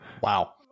Wow